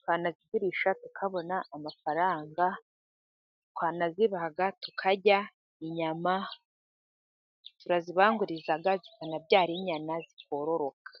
twanazigurisha tukabona amafaranga, twanazibahaga tukarya inyama, turazibanguriza zikabyara inyana zikororoka.